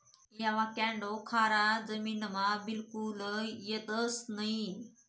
avocado खारा जमीनमा बिलकुल येतंस नयी